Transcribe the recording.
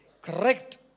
Correct